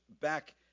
back